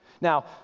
Now